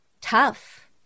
tough